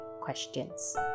questions